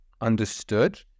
understood